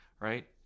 right